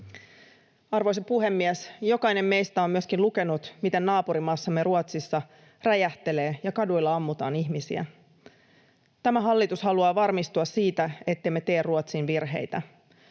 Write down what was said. Arvoisa puhemies! Jokainen meistä on myöskin lukenut, miten naapurimaassamme Ruotsissa räjähtelee ja kaduilla ammutaan ihmisiä. Tämä hallitus haluaa varmistua siitä, ettemme tee Ruotsin virheitä.